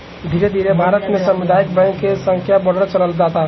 धीरे धीरे भारत में सामुदायिक बैंक के संख्या बढ़त चलल जाता